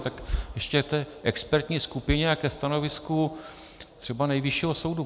Tak ještě k té expertní skupině a ke stanovisku třeba Nejvyššího soudu.